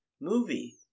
movie